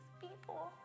people